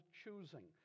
choosing